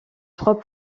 trois